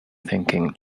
thinking